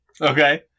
Okay